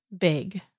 big